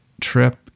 trip